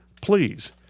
please